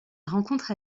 rencontre